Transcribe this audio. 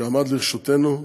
שעמד לרשותנו,